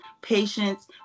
patience